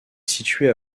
situées